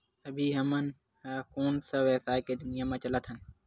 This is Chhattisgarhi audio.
अभी हम ह कोन सा व्यवसाय के दुनिया म चलत हन?